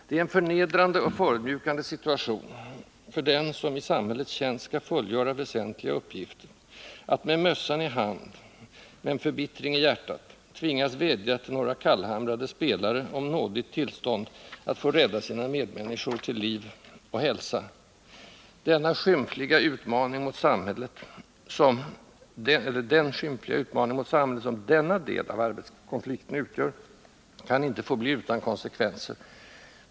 Det är en förnedrande och förödmjukande situation för den som i samhällets tjänst skall fullgöra väsentliga uppgifter att med mössan i hand, men med förbittring i hjärtat, tvingas vädja till några kallhamrade spelare om nådigt tillstånd att få rädda sina medmänniskor till liv och hälsa. Den skymfliga utmaning mot samhället som denna del av arbetskonflikten utgör kan inte få bli utan konsekvenser.